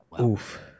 Oof